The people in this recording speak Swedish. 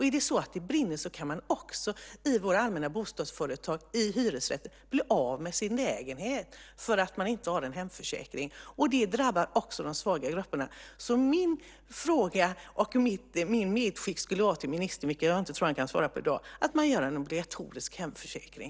Är det så att det brinner kan man också i våra allmänna bostadsföretag, i hyresrätter, bli av med sin lägenhet för att man inte har en hemförsäkring. Det drabbar också de svaga grupperna. Min fråga och det jag vill skicka med ministern, vilket jag inte tror att han kan svara på i dag, skulle vara att man utformar en obligatorisk hemförsäkring.